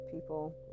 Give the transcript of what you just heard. people